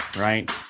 right